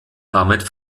damit